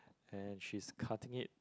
and she's cutting it